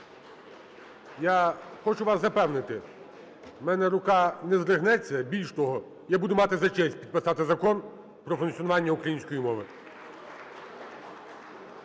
Я хочу вас запевнити, у мене рука не здригнеться. Більш того, я буду мати за честь підписати Закон про функціонування української мови.